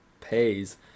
pays